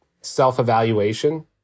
self-evaluation